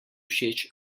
všeč